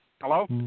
Hello